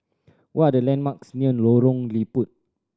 what are the landmarks near Lorong Liput